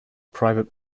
private